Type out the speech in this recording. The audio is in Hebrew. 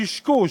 קשקוש.